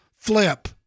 flip